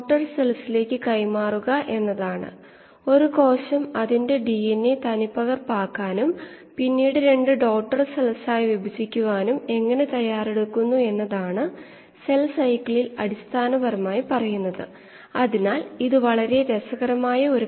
തുടർച്ചയായ ഇളക്കിവിടുന്ന ടാങ്ക് ബയോറെയാക്റ്ററിന്റെ അല്ലെങ്കിൽ ഒരു കീമോസ്റ്റാറ്റിന്റെ പ്രാതിനിധ്യം മുകളിൽ നൽകിയിരിക്കുന്നു നിങ്ങൾക്ക് ഇളക്കിയ ടാങ്ക് ഉണ്ട് ഇളക്കുന്നത് പാത്രം ബ്രോത്ത് അല്ലെങ്കിൽ കോശങ്ങൾ വളരുന്ന ദ്രാവകം എന്നിവ